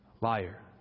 liar